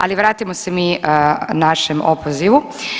Ali vratimo se mi našem opozivu.